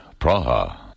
Praha